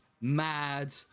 Mad